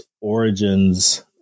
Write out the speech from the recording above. origins